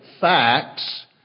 facts